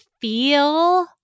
feel